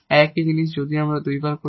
একই জিনিস যদি আমরা এটি দুইবার করি